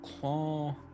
claw